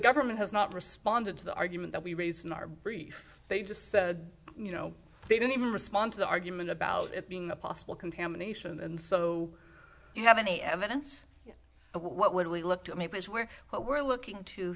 government has not responded to the argument that we raised in our brief they just said you know they don't even respond to the argument about it being a possible contamination and so you have any evidence what would we look to me place where what we're looking to